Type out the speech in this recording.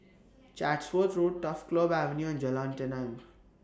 Chatsworth Road Turf Club Avenue and Jalan Tenang